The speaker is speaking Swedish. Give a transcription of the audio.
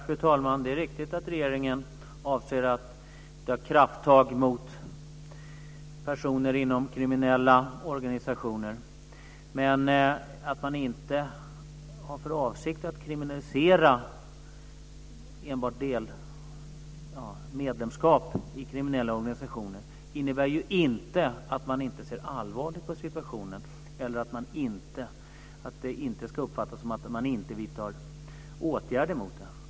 Fru talman! Det är riktigt att regeringen avser att ta krafttag mot personer inom kriminella organisationer. Att man inte har för avsikt att kriminalisera enbart medlemskap i kriminella organisationer innebär ju inte att man inte ser allvarligt på situationen. Det ska inte heller uppfattas som att man inte vidtar åtgärder mot dem.